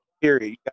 period